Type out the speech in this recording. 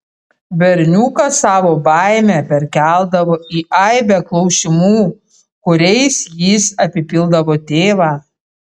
berniukas savo baimę perkeldavo į aibę klausimų kuriais jis apipildavo tėvą